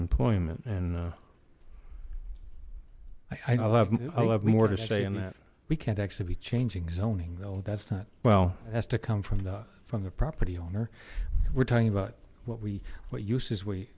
employment and i love i love me more to say in that we can't actually be changing zoning though that's not well has to come from the from the property owner we're talking about what we what use is we